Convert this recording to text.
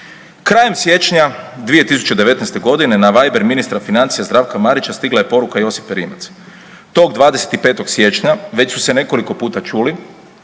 Krajem siječnja 2019.g. na viber ministra financija Zdravka Marića stigla je poruka Josipe Rimac. Tog 25. siječnja već su se nekoliko puta čuli,